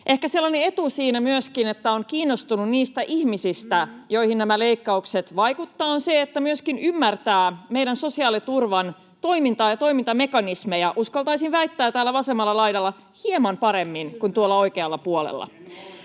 Ehkä sellainen etu myöskin siinä, että on kiinnostunut niistä ihmisistä, joihin nämä leikkaukset vaikuttavat, on se, että ymmärtää meidän sosiaaliturvan toimintaa ja toimintamekanismeja — uskaltaisin väittää, että täällä vasemmalla laidalla hieman paremmin kuin tuolla oikealla puolella.